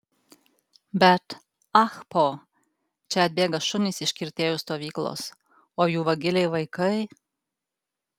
bet ah po čia atbėga šunys iš kirtėjų stovyklos o jų vagiliai vaikai